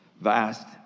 vast